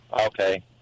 Okay